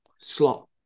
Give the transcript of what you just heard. slot